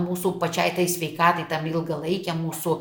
mūsų pačiai tai sveikatai tam ilgalaikiam mūsų